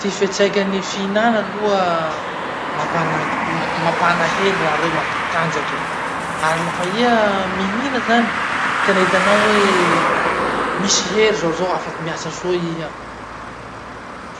Ty fiatraikan'ny fihina aloha mampanak- mampana hery raha reo, mampatanjaky. Ary lafa iha mihina zany, tena hitanao hoe misy hery zaho zao afaky miasa soa iha.